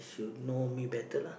should know me better lah